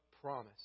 promise